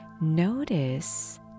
Notice